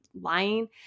lying